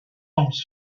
ans